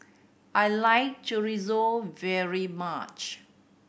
I like Chorizo very much